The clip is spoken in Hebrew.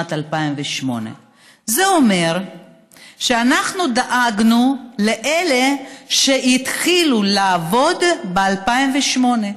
שנת 2008. זה אומר שאנחנו דאגנו לאלה שהתחילו לעבוד ב-2008,